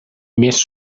més